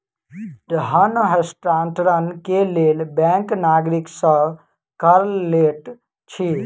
धन हस्तांतरण के लेल बैंक नागरिक सॅ कर लैत अछि